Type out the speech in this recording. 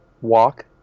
walk